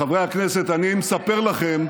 חברי הכנסת, אני מספר לכם,